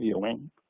viewing